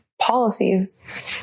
policies